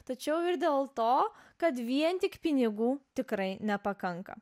tačiau ir dėl to kad vien tik pinigų tikrai nepakanka